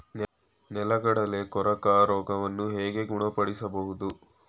ನೆಲಗಡಲೆ ಕೊರಕ ರೋಗವನ್ನು ಹೇಗೆ ಗುಣಪಡಿಸಬಹುದು?